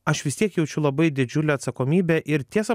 aš vis tiek jaučiu labai didžiulę atsakomybę ir tiesą